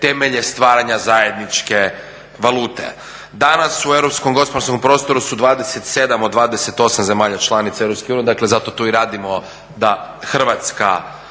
temelje stvaranja zajedničke valute. Danas u Europskom gospodarskom prostoru su 27 od 28 zemalja članica EU, dakle zato to i radimo da Hrvatska,